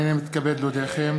הנני מתכבד להודיעכם,